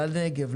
לנגב,